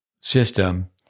system